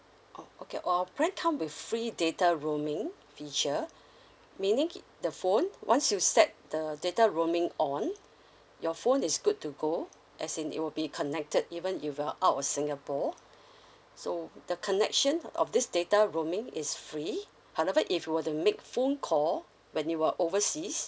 oh okay all our plan come with free data rooming feature meaning the phone once you set the data roaming on your phone is good to go as in it will be connected even if you're out of singapore so the connection of this data roaming is free however if you were to make phone call when you are overseas